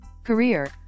career